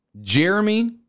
Jeremy